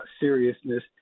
seriousness